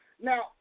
Now